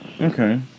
Okay